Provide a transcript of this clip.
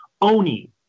Oni